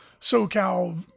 socal